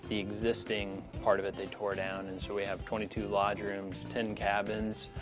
the existing part of it they tore down and so we have twenty two lodge rooms, ten cabins,